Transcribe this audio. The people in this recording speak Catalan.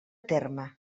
terme